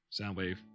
Soundwave